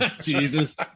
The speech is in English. jesus